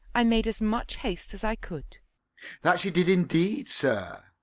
i made as much haste as i could that she did indeed, sir.